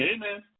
Amen